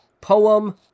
Poem